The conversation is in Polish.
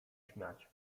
śmiać